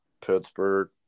Pittsburgh